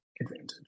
advantage